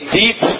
deep